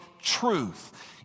truth